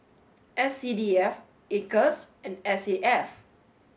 S C D F acres and S A F